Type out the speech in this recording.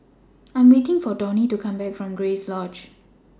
I Am waiting For Donny to Come Back from Grace Lodge